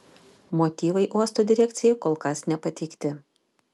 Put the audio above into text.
motyvai uosto direkcijai kol kas nepateikti